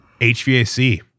HVAC